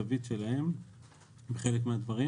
את התווית שלהם בחלק מהדברים.